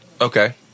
Okay